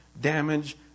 damage